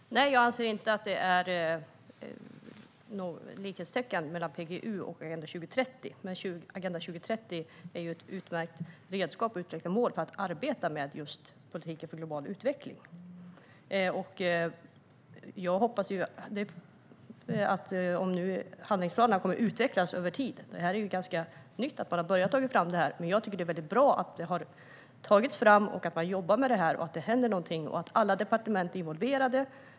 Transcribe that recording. Herr talman! Nej, jag anser inte att det är likhetstecken mellan PGU och Agenda 2030. Men Agenda 2030 är ett utmärkt redskap för att utveckla mål för arbete med just politiken för global utveckling. Jag hoppas att handlingsplanerna kommer att utvecklas över tid. Det är ju något ganska nytt att man har börjat ta fram det här. Jag tycker att det är väldigt bra att det har tagits fram, att man jobbar med detta, att det händer någonting och att alla departement är involverade.